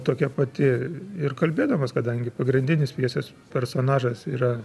tokia pati ir kalbėdamas kadangi pagrindinis pjesės personažas yra